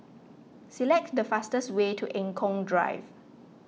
select the fastest way to Eng Kong Drive